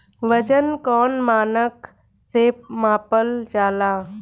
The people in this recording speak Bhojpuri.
वजन कौन मानक से मापल जाला?